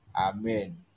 Amen